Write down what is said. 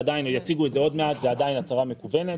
יציגו את זה עוד מעט, זה עדיין הצהרה מקוונת.